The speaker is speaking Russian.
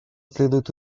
следует